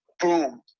boom